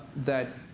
that